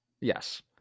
Yes